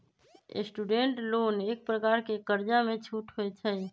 student loan एक प्रकार के कर्जामें छूट होइ छइ